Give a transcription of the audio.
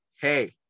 Hey